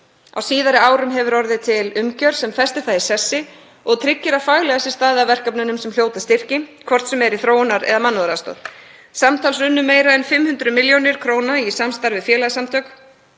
Á síðari árum hefur orðið til umgjörð sem festir það í sessi og tryggir að faglega sé staðið að verkefnum sem hljóta styrki, hvort sem er í þróunar- eða mannúðaraðstoð. Samtals runnu meira en 500 millj. kr. í samstarf við félagasamtök,